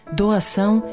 doação